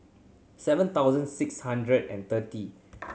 seven thousand six hundred and thirty